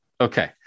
Okay